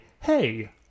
hey